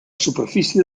superfície